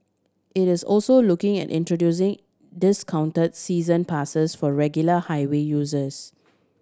it is also looking at introducing discount season passes for regular highway users